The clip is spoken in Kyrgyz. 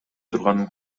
турганын